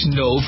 no